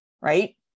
right